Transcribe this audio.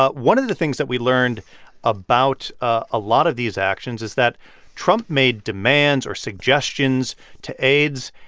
ah one of the things that we learned about a lot of these actions is that trump made demands or suggestions to aides,